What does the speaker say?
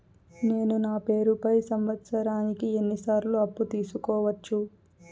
నేను నా పేరుపై సంవత్సరానికి ఎన్ని సార్లు అప్పు తీసుకోవచ్చు?